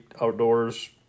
Outdoors